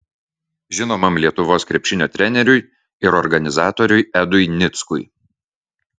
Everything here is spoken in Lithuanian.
žinomam lietuvos krepšinio treneriui ir organizatoriui edui nickui